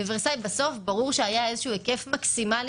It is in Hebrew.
בוורסאי בסוף ברור שהיה היקף מקסימלי